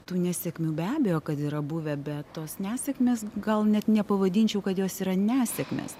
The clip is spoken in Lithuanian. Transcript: tų nesėkmių be abejo kad yra buvę bet tos nesėkmės gal net nepavadinčiau kad jos yra nesėkmės